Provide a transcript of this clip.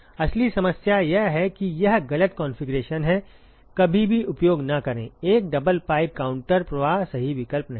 असली समस्या यह है कि यह गलत कॉन्फ़िगरेशन है कभी भी उपयोग न करें एक डबल पाइप काउंटर प्रवाह सही विकल्प नहीं है